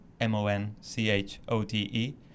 M-O-N-C-H-O-T-E